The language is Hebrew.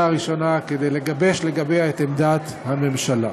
הראשונה כדי לגבש לגביה את עמדת הממשלה.